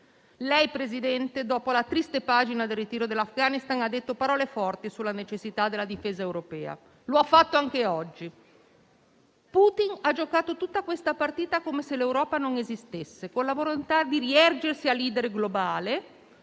Lei, Presidente, dopo la triste pagina del ritiro dall'Afghanistan, ha detto parole forti sulla necessità della difesa europea e lo ha fatto anche oggi. Putin ha giocato tutta questa partita come se l'Europa non esistesse, con la volontà di riergersi a *leader* globale;